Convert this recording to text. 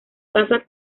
casa